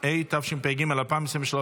התשפ"ג 2023,